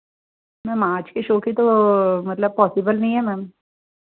ma'am आज की show की तो मतलब पॉसिबल नहीं है मैम